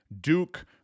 Duke